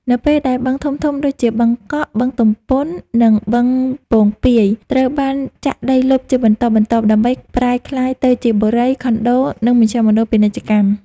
នៅពេលដែលបឹងធំៗដូចជាបឹងកក់ បឹងទំពុន និងបឹងពោងពាយ ត្រូវបានចាក់ដីលុបជាបន្តបន្ទាប់ដើម្បីប្រែក្លាយទៅជាបុរី ខុនដូ និងមជ្ឈមណ្ឌលពាណិជ្ជកម្ម។